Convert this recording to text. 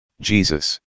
Jesus